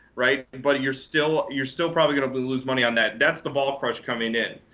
right? but you're still you're still probably going to lose money on that. that's the ball crush coming in.